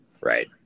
Right